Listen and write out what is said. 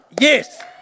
Yes